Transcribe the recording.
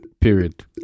Period